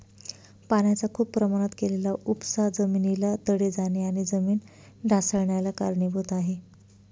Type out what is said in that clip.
पाण्याचा खूप प्रमाणात केलेला उपसा जमिनीला तडे जाणे आणि जमीन ढासाळन्याला कारणीभूत आहे